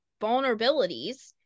vulnerabilities